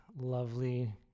lovely